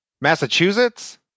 Massachusetts